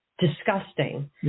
disgusting